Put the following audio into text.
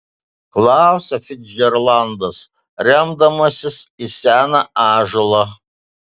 klausia ficdžeraldas remdamasis į seną ąžuolą